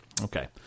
Okay